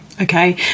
okay